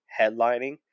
headlining